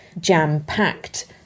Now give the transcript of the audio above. jam-packed